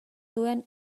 duen